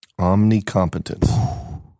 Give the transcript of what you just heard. Omnicompetence